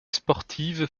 sportive